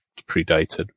predated